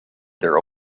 their